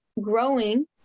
growing